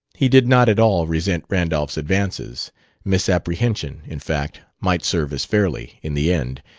he did not at all resent randolph's advances misapprehension, in fact, might serve as fairly, in the end,